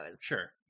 sure